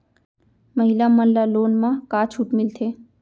महिला मन ला लोन मा का छूट मिलथे?